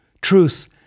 Truth